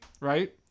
right